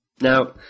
Now